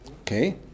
Okay